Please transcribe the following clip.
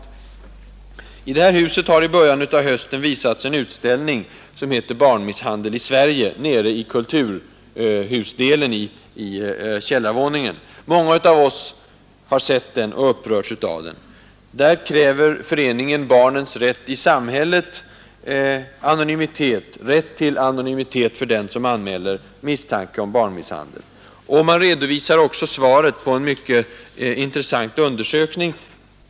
I riksdagshusets källarvåning — dvs. kulturhuset — visades i början av hösten en utställning som hette Barnmisshandel i Sverige. Många av oss såg den och upprördes av den, Där krävde föreningen Barnens rätt i samhället rätt till anonymitet för den som anmäler misstanke om barnmisshandel. Föreningen redovisade också svaren vid en mycket intressant undersökning.